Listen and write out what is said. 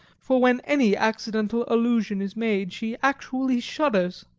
for when any accidental allusion is made she actually shudders.